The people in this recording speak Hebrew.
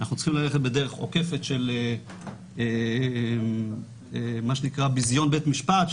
אנחנו צריכים ללכת בדרך עוקפת של מה שנקרא בזיון בית משפט.